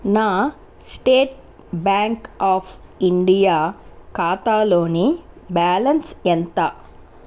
నా State Bank of India ఖాతాలోని balance ఎంత